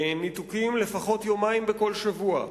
ניתוקים לפחות יומיים בכל שבוע,